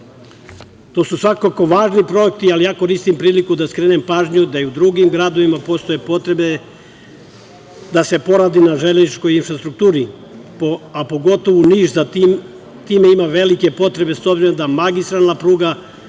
su svakako važni projekti, ali ja koristim priliku da skrenem pažnju da i u drugim gradovima postoje potrebe da se poradi na železničkoj infrastrukturi, a pogotovo Niš za tim ima velike potrebe, s obzirom da magistralna pruga